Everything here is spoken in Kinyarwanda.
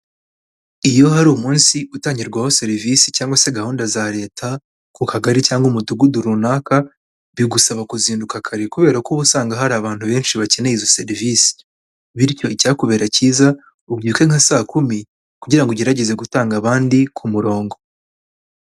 Iyo hari umunsi utangirwaho serivise cyangwa se gahunda za Leta, ku kagari cyangwa umudugudu runaka, bigusaba kuzinduka kare kubera ko uba usanga hari abantu benshi bakeneye izo serivise, bityo icyakubera cyiza ubyuke nka saa kumi kugira ngo ugerageze gutanga abandi ku murongo.